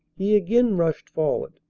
he again rushed forward,